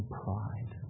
pride